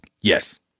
Yes